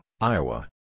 Iowa